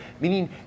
meaning